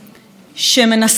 שמנסה לקצץ את כנפיו,